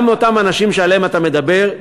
גם אותם אנשים שעליהם אתה מדבר,